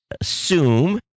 assume